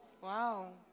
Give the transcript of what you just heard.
Wow